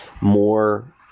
more